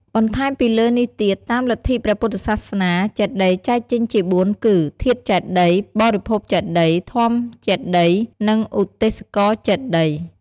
បន្ថែមពីលើនេះទៀត តាមលិទ្ធព្រះពុទ្ធសាសនាចេតិយចែកចេញជា៤គឺ ធាតុចេតិយ បរិភោគចេតិយ ធម្មចេតិយ និងឧទ្ទេសកចេតិយ។